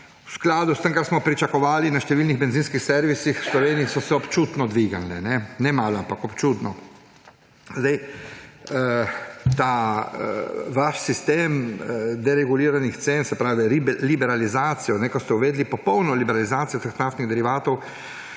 v skladu s tem, kar smo pričakovali. Na številnih bencinskih servisih v Sloveniji so se občutno dvignile. Ne malo, ampak občutno. O vašem sistemu dereguliranih cen, se pravi liberalizacija, ko ste uvedli popolno liberalizacijo teh naftnih derivatov